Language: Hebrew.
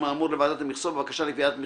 האמור לוועדת המכסות בבקשה לקביעת מכסתו.